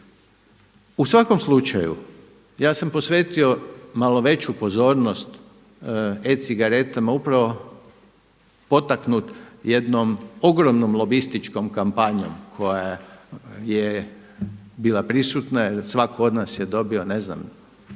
U svakom slučaju, ja sam posvetio malo veću pozornost e-cigaretama upravo potaknut jednom ogromnom lobističkom kampanjom koja je bila prisutna, svatko od nas je dobio ne znam